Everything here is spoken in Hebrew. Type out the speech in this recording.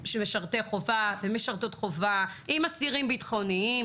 משרתי ומשרתות חובה עם אסירים ביטחוניים.